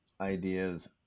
ideas